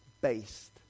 based